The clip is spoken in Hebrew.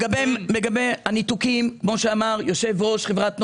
לגבי הניתוקים, כמוש אמר יושב-ראש חברת נגה,